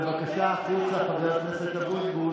בבקשה החוצה, חבר הכנסת אבוטבול.